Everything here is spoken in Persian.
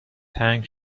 تنگ